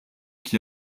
qui